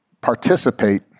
participate